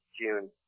June